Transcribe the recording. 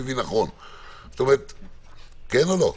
כן או לא?